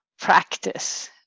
practice